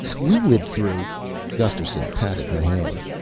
we lived through gusterson patted her hand.